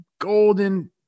golden